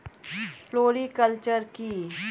Floriculture কি?